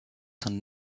son